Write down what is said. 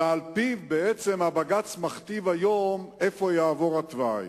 ועל-פיה בעצם הבג"ץ מכתיב היום איפה יעבור התוואי.